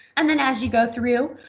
and then as you go through,